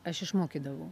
aš išmokydavau